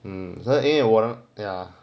hmm 因为我的那个